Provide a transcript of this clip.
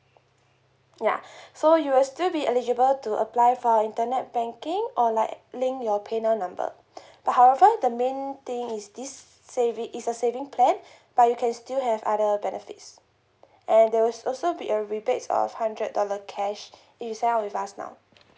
ya so you will still be eligible to apply for a internet banking or like link your paynow number but however the main thing is this saving it's a saving plan but you can still have other benefits and there will also be a rebates of hundred dollar cash if you sign up with us now